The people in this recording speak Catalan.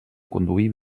conduir